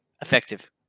effective